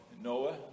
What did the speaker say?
Noah